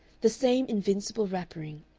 the same invincible wrappering,